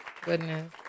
Goodness